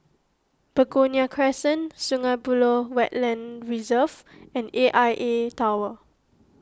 Begonia Crescent Sungei Buloh Wetland Reserve and A I A Tower